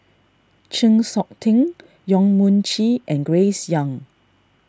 Chng Seok Tin Yong Mun Chee and Grace Young